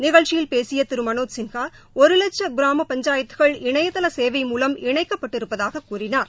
நிகழ்ச்சியில் பேசிய திரு மனோஜ் சின்ஹா ஒரு வட்சும் கிராம பஞ்சாயத்துக்கள் இணையதள சேவை மூலம் இணைக்கப்பட்டிருப்பதாக கூறினார்